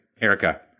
Erica